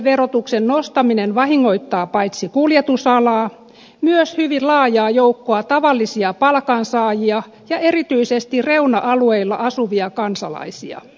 polttonesteverotuksen nostaminen vahingoittaa paitsi kuljetusalaa myös hyvin laajaa joukkoa tavallisia palkansaajia ja erityisesti reuna alueilla asuvia kansalaisia